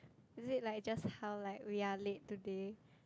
is it like just how like we are late today